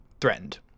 threatened